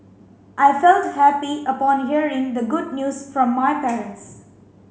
I felt happy upon hearing the good news from my parents